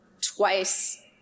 twice